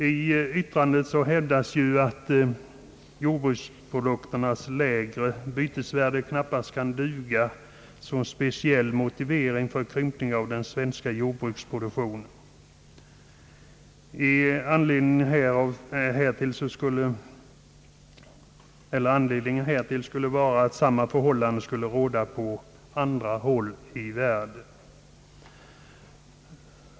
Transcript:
I yttrandet hävdas att jordbruksprodukternas lägre bytesvärde knappast kan duga som speciell motivering för krympning av den svenska jordbruksproduktionen. Anledningen härtill skulle vara att samma förhållande skulle råda på andra håll i världen.